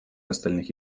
остальных